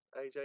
AJ